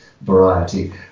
variety